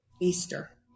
Easter